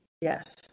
Yes